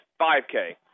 5K